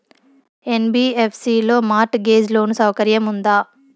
NBFC లో mortgage loan సౌకర్యం ఉందా?